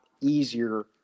easier